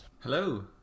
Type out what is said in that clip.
Hello